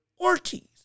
Ortiz